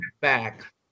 back